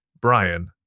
Brian